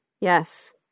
Yes